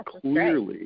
clearly –